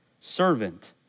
servant